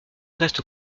reste